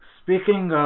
speaking